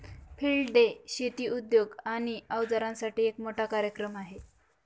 field day शेती उद्योग आणि अवजारांसाठी एक मोठा कार्यक्रम आहे